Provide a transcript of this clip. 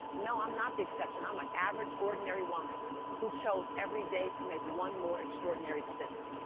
no, i'm not the exception. i'm an average, ordinary woman who chose every day to make one more extraordinary decision.